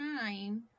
time